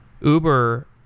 Uber